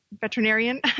Veterinarian